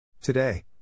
Today